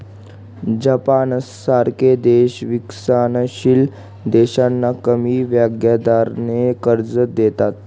जपानसारखे देश विकसनशील देशांना कमी व्याजदराने कर्ज देतात